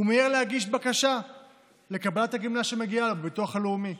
הוא מיהר להגיש בקשה לקבלת הגמלה שמגיעה לו מהביטוח הלאומי.